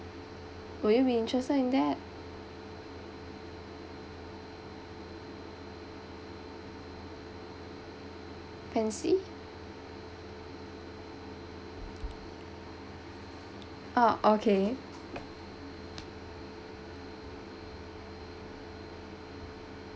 will you be interested in that fancy ah okay